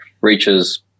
reaches